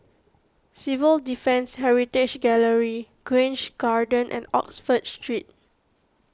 Civil Defence Heritage Gallery Grange Garden and Oxford Street